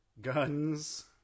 guns